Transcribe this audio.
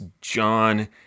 John